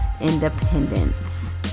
independence